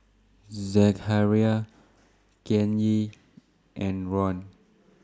Zechariah Kanye and Ron